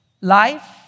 life